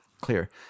clear